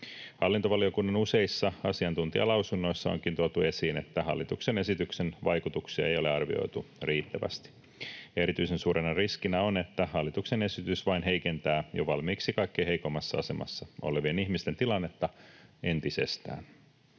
Hallintovaliokunnan useissa asiantuntijalausunnoissa onkin tuotu esiin, että hallituksen esityksen vaikutuksia ei ole arvioitu riittävästi. Erityisen suurena riskinä on, että hallituksen esitys vain heikentää jo valmiiksi kaikkein heikoimmassa asemassa olevien ihmisten tilannetta entisestään.